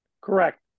Correct